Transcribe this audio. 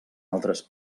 altres